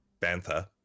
Bantha